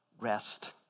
rest